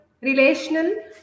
relational